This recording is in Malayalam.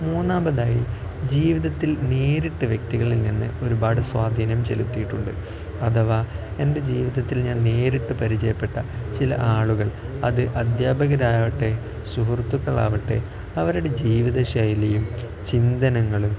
മൂന്നാമതായി ജീവിതത്തിൽ നേരിട്ട് വ്യക്തികളിൽ നിന്ന് ഒരുപാട് സ്വാധീനം ചെലുത്തിയിട്ടുണ്ട് അഥവാ എൻ്റെ ജീവിതത്തിൽ ഞാൻ നേരിട്ട് പരിചയപ്പെട്ട ചില ആളുകൾ അത് അദ്ധ്യാപകരാവട്ടെ സുഹൃത്തുക്കളാവട്ടെ അവരുടെ ജീവിത ശൈലിയും ചിന്തനങ്ങളും